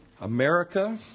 America